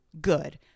good